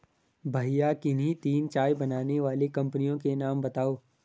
भैया किन्ही तीन चाय बनाने वाली कंपनियों के नाम बताओ?